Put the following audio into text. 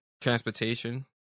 transportation